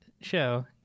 show